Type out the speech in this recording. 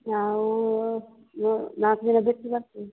ನಾವು ನಾಲ್ಕು ದಿನ ಬಿಟ್ಟು ಬರ್ತೇವೆ